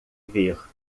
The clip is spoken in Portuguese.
ver